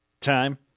Time